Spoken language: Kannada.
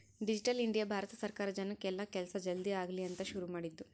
ಡಿಜಿಟಲ್ ಇಂಡಿಯ ಭಾರತ ಸರ್ಕಾರ ಜನಕ್ ಎಲ್ಲ ಕೆಲ್ಸ ಜಲ್ದೀ ಆಗಲಿ ಅಂತ ಶುರು ಮಾಡಿದ್ದು